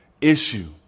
issue